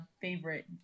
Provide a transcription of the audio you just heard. favorite